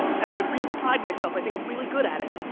and i really pride myself, i think i'm really good at it.